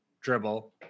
dribble